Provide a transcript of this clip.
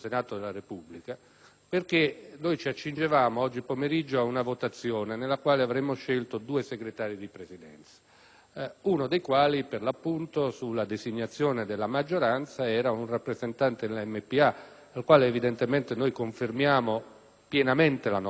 uno dei quali per l'appunto, su designazione della maggioranza, era un rappresentante del Movimento per l'Autonomia, al quale confermiamo pienamente la nostra stima. Il problema assume una dimensione istituzionale perché, in virtù del Regolamento,